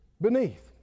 beneath